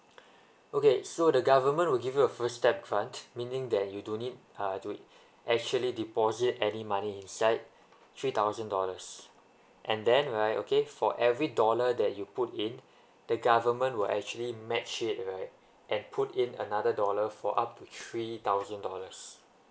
okay so the government will give you a first step fund meaning that you don't need uh to actually deposit any money inside three thousand dollars and then right okay for every dollar that you put in the government will actually match it right and put in another dollar for up to three thousand dollars